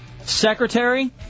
secretary